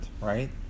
right